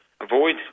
avoid